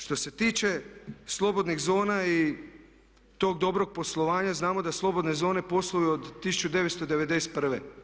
Što se tiče slobodnih zona i tog dobrog poslovanja znamo da slobodne zone posluju od 1991.